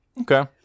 Okay